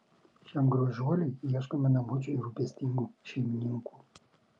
šiam gražuoliui ieškome namučių ir rūpestingų šeimininkų